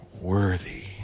worthy